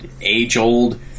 age-old